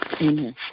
Amen